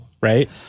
right